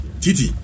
Titi